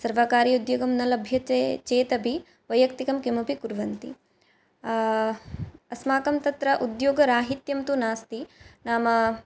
सर्वकारीय उद्योगं न लभ्यते चेत् अपि वैयक्तिकं किमपि कुर्वन्ति अस्माकं तत्र उद्योगराहित्यं तु नास्ति नाम